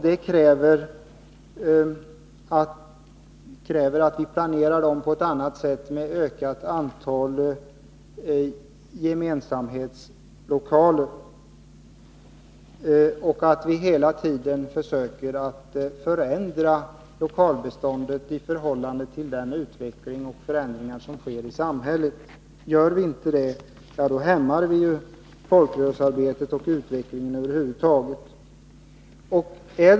Det kräver att vi planerar dem på ett annat sätt, med ökat antal gemensamhetslokaler, och att vi hela tiden försöker förändra lokalbeståndet i förhållande till den utveckling och de förändringar som sker i samhället. Gör vi inte det, hämmar vi folkrörelsearbetet och utvecklingen över huvud taget.